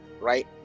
Right